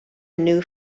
new